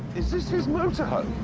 is this his motorhome?